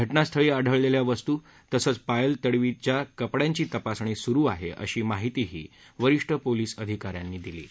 घ जास्थळी आढळलेल्या वस्तू तसंच पायल तडवीच्या कपड्यांची तपासणी सुरु आहे अशी माहितीही वरिष्ठ पोलीस अधिकाऱ्यांनी दिली आहे